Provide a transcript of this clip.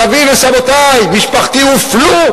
סבי וסבותי הופלו,